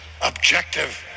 objective